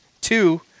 Two